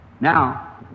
Now